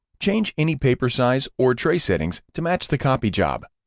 change any paper size or tray settings to match the copy job.